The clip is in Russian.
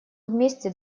вместе